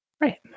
Right